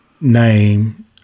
name